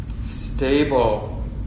stable